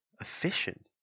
efficient